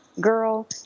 Girl